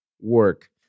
work